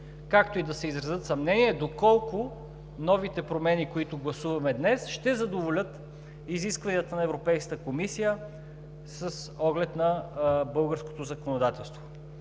както и да се изразят съмнения доколко новите промени, които гласуваме днес, ще задоволят изискванията на Европейската комисия с оглед на българското законодателство.